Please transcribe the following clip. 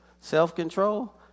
self-control